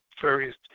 various